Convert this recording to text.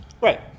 right